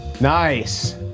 Nice